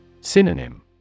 Synonym